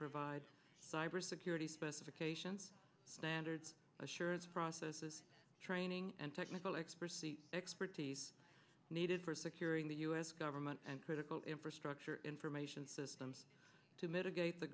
provide cybersecurity specifications standards assurance process of training and technical experts the expertise needed for securing the u s government and critical infrastructure information systems to mitigate the